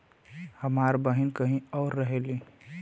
हमार बहिन कहीं और रहेली